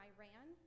Iran